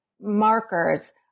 markers